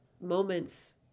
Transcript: moments